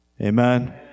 Amen